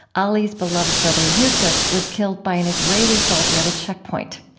ali's beloved brother yusef was killed by an israeli soldier at a checkpoint.